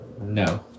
No